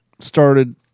started